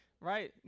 right